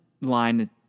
line